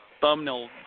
thumbnail